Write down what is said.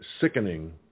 sickening